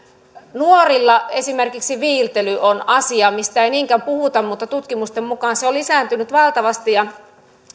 nuorilla esimerkiksi viiltely on asia mistä ei niinkään puhuta mutta tutkimusten mukaan se on lisääntynyt valtavasti ja